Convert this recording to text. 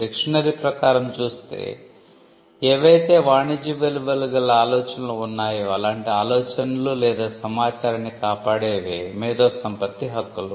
dictionary ప్రకారం చూస్తే ఏవైతే వాణిజ్య విలువలు గల ఆలోచనలు వున్నాయో అలాంటి ఆలోచనలు లేదా సమాచారాన్ని కాపాడేవే మేధో సంపత్తి హక్కులు